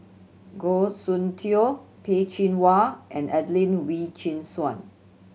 Goh Soon Tioe Peh Chin Hua and Adelene Wee Chin Suan